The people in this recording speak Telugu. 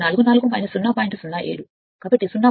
07 జోడించడానికి నిరోధకత వచ్చింది కాబట్టి 0